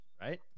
right